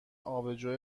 آبجو